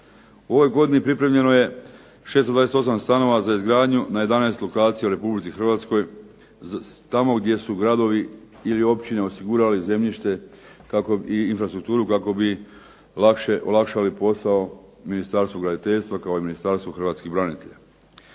U ovoj godini pripremljeno je i 628 stanova za izgradnju na 11 lokacija u Republici Hrvatskoj tamo gdje su gradovi ili općine osigurali zemljište i infrastrukturu kako bi olakšali posao Ministarstvu graditeljstva kao i Ministarstvu hrvatskih branitelja.